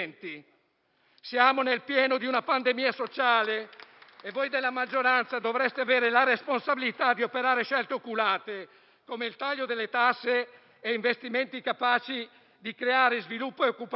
Siamo nel pieno di una pandemia sociale e voi della maggioranza dovreste avere la responsabilità di operare scelte oculate, come il taglio delle tasse e investimenti capaci di creare sviluppo e occupazione,